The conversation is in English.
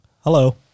Hello